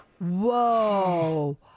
Whoa